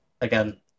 again